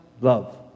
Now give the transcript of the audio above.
love